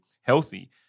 healthy